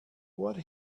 what